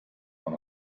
man